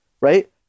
right